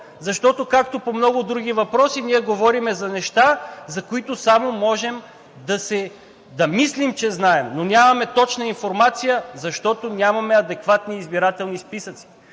Защото както по много други въпроси ние говорим за неща, за които само можем да мислим, че знаем, но нямаме точна информация, защото нямаме адекватни избирателни списъци.